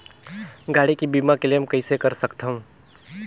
गाड़ी के बीमा क्लेम कइसे कर सकथव?